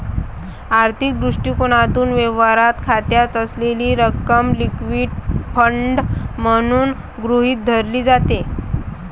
आर्थिक दृष्टिकोनातून, व्यवहार खात्यात असलेली रक्कम लिक्विड फंड म्हणून गृहीत धरली जाते